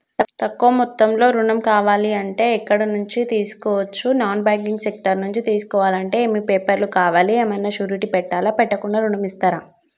తక్కువ మొత్తంలో ఋణం కావాలి అంటే ఎక్కడి నుంచి తీసుకోవచ్చు? నాన్ బ్యాంకింగ్ సెక్టార్ నుంచి తీసుకోవాలంటే ఏమి పేపర్ లు కావాలి? ఏమన్నా షూరిటీ పెట్టాలా? పెట్టకుండా ఋణం ఇస్తరా?